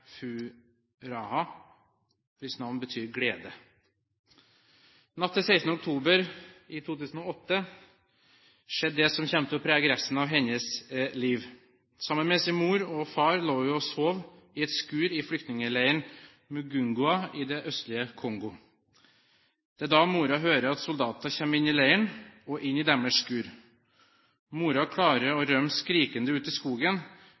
gamle Furaha, hvis navn betyr glede. Natten til 16. oktober 2008 skjedde det som kommer til å prege resten av hennes liv. Sammen med sin mor og far lå hun og sov i et skur i flyktningleiren Mugungua i det østlige Kongo. Det er da moren hører at soldater kommer inn i leiren og inn i deres skur. Moren klarer å rømme skrikende ut i skogen,